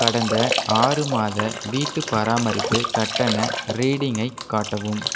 கடந்த ஆறு மாத வீட்டு பராமரிப்பு கட்டண ரீடிங்கை காட்டவும்